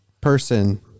person